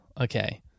Okay